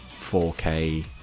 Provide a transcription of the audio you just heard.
4K